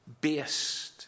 based